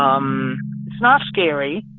um it's not scary.